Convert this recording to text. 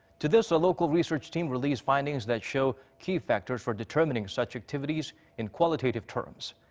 to this, a local research team released findings that show key factors for determining such activities in qualitative terms.